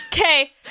Okay